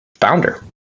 founder